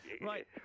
Right